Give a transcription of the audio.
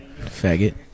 Faggot